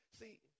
See